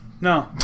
No